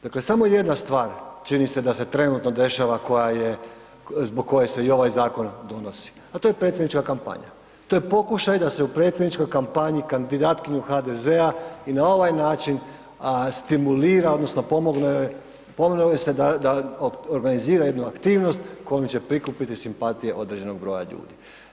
Dakle, samo jedna stvar čini se da se trenutno dešava zbog koje se i ovaj zakon donosi a to je predsjednička kampanja, to je pokušaj da se u predsjedničkoj kampanji kandidatkinju HDZ-a i na ovaj način stimulira odnosno pomogne joj se da organizira jednu aktivnost kojom će prikupiti simpatije određenog broja ljudi.